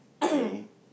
K